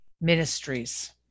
ministries